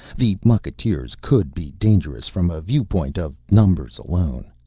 the mucketeers could be dangerous from a viewpoint of numbers alone.